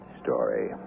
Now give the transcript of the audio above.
story